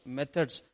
methods